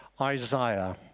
Isaiah